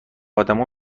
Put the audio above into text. آدما